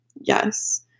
yes